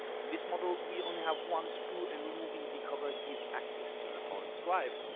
in this model we only have one screw and removing the cover gives access to the hard drive.